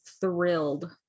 thrilled